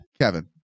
Kevin